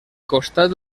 costat